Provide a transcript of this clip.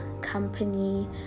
company